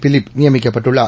Philip நியமிக்கப்பட்டுள்ளார்